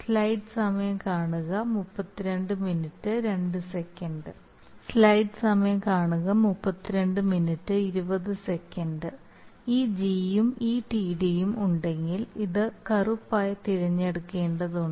slide സമയം 3220 കാണുക ഈ G യും ഈ Tdയും ഉണ്ടെങ്കിൽ ഇത് കറുപ്പായി തിരഞ്ഞെടുക്കേണ്ടതുണ്ട്